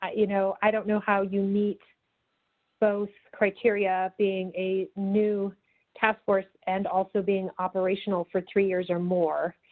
ah you know, i don't know how you meet both criteria being a new task force and also being operational for three years or more.